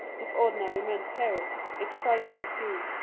if ordinary men fear it, it frights not you,